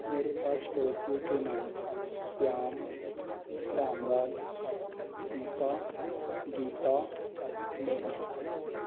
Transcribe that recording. मेरे पाँच पड़ोसियों के नाम श्याम रामलाल सीता गीता नेहा